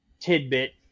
tidbit